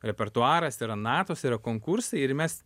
repertuaras yra natos yra konkursai ir mes